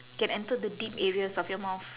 can enter the deep areas of your mouth